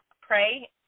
pray